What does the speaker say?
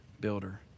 builder